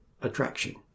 attraction